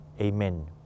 Amen